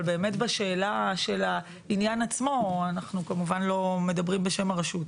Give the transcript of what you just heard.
אבל באמת בשאלה של העניין עצמו אנחנו כמובן לא מדברים בשם הרשות,